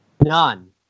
none